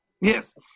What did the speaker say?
Yes